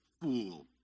fool